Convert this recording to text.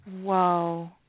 Whoa